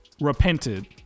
repented